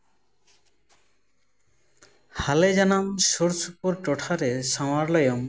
ᱦᱟᱞᱮ ᱡᱟᱱᱟᱢ ᱥᱩᱨᱼᱥᱩᱯᱩᱨ ᱴᱚᱴᱷᱟ ᱨᱮ ᱥᱟᱶᱟᱨ ᱞᱟᱭᱚᱢ